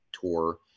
tour